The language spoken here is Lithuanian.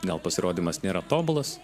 gal pasirodymas nėra tobulas